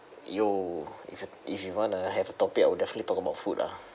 !yo! if you if you wanna have a topic I would definitely talk about food lah